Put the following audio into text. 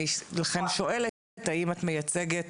לכן אני שואלת האם את מייצגת